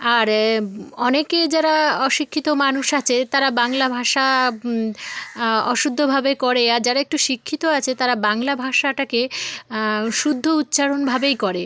আর অনেকে যারা অশিক্ষিত মানুষ আছে তারা বাংলা ভাষা অশুদ্ধভাবে করে আর যারা একটু শিক্ষিত আছে তারা বাংলা ভাষাটাকে শুদ্ধ উচ্চারণভাবেই করে